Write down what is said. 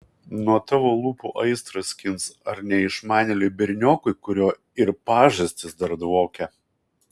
nuo tavo lūpų aistrą skins ar neišmanėliui berniokui kurio ir pažastys dar dvokia